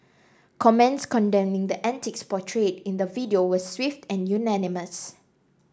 comments condemning the antics portrayed in the video were swift and unanimous